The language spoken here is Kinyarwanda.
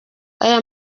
aya